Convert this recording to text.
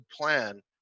plan